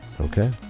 Okay